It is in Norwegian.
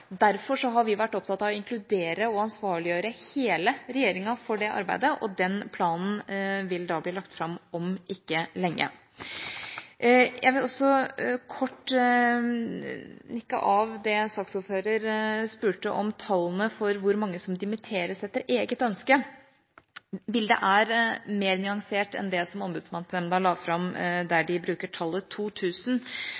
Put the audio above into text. Derfor har vi vært opptatt av å inkludere og ansvarliggjøre hele regjeringa for det arbeidet, og den planen vil bli lagt fram om ikke lenge. Jeg vil også kort nikke av det saksordføreren spurte om, tallene for hvor mange som dimitteres etter eget ønske. Bildet er mer nyansert enn det som Ombudsmannsnemnda la fram, der